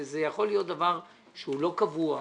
זה יכול להיות דבר שהוא לא קבוע,